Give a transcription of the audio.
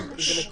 שלום